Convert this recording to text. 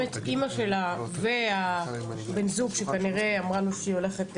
באמת אמא שלה ובן הזוג שכנראה היא אמרה לו שהיא הולכת,